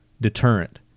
deterrent